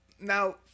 now